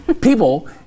People